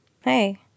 Hey